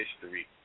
history